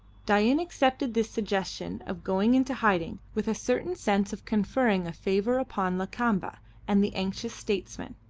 dain accepted this suggestion of going into hiding with a certain sense of conferring a favour upon lakamba and the anxious statesman,